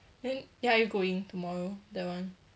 then are you going tomorrow that one